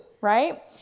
right